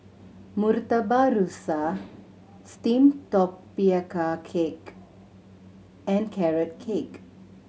Murtabak Rusa steamed tapioca cake and Carrot Cake